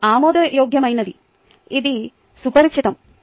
ఇది ఆమోదయోగ్యమైనది ఇది సుపరిచితం